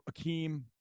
Akeem